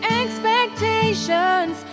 expectations